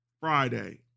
Friday